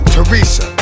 Teresa